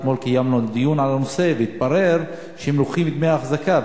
אתמול קיימנו דיון על הנושא והתברר שהם לוקחים דמי אחזקה.